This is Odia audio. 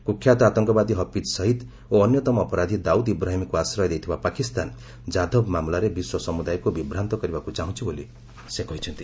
କୁଖ୍ୟାତ ଆତଙ୍କବାଦୀ ହଫିଜ୍ ସଇଦ୍ ଓ ଅନ୍ୟତମ ଅପରାଧି ଦାଉଦ୍ ଇବ୍ରାହିମ୍କୁ ଆଶୟ ଦେଇଥିବା ପାକିସ୍ତାନ ଯାଦବ ମାମଲାରେ ବିଶ୍ୱ ସମ୍ବଦାୟକ୍ ବିଭ୍ରାନ୍ତ କରିବାକୁ ଚାହୁଁଛି ବୋଲି ସେ କହିଛନ୍ତି